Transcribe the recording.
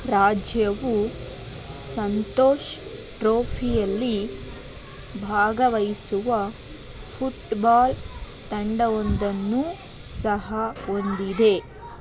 ರಾಜ್ಯವು ಸಂತೋಷ್ ಟ್ರೋಫಿಯಲ್ಲಿ ಭಾಗವಹಿಸುವ ಪುಟ್ಬಾಲ್ ತಂಡವೊಂದನ್ನು ಸಹ ಹೊಂದಿದೆ